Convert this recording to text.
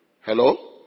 Hello